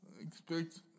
expect